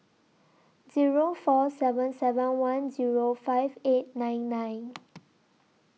Zero four seven seven one Zero five eight nine nine